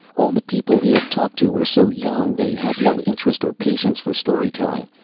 all the people he had talked to were so young. they had no interest or patience for story-telling.